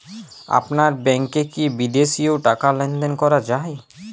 আপনার ব্যাংকে কী বিদেশিও টাকা লেনদেন করা যায়?